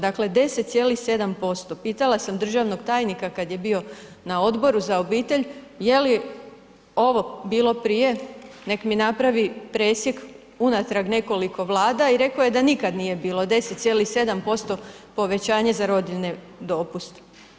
Dakle 10,7%, pitala sam državnog tajnika kad je bio na Odboru za obitelj je li ovo bilo prije, neka mi napravi presjek unatrag nekoliko Vlada i rekao je da nikad nije bilo 10,7% povećanje za rodiljne dopuste.